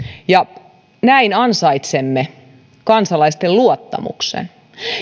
ja näin ansaitsemme kansalaisten luottamuksen